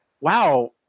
wow